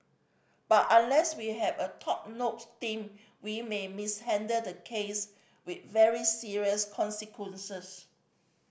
but unless we have a top notch team we may mishandle the case with very serious consequences